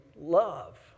love